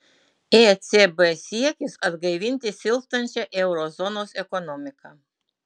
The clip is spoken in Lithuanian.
ecb siekis atgaivinti silpstančią euro zonos ekonomiką